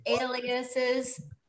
aliases